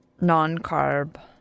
Non-carb